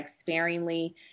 sparingly